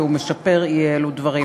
כי הוא משפר אי-אלו דברים.